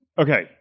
okay